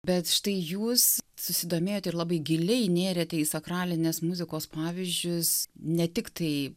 bet štai jūs susidomėjot ir labai giliai nėrėte į sakralinės muzikos pavyzdžius ne tiktai